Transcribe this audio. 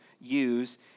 use